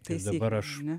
tai dabar aš